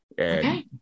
Okay